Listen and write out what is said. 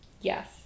Yes